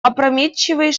опрометчивый